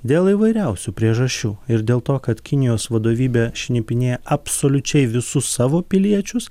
dėl įvairiausių priežasčių ir dėl to kad kinijos vadovybė šnipinėja absoliučiai visus savo piliečius